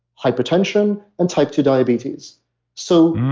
hypertension and type two diabetes so,